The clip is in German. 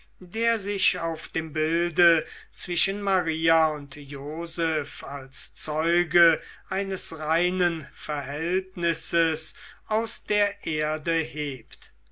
der sich auf dem bilde zwischen maria und joseph als zeuge eines reinen verhältnisses aus der erde hebt